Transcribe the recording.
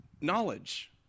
Knowledge